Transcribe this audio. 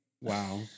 Wow